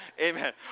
Amen